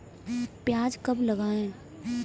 प्याज कब लगाएँ?